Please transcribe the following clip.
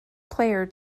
player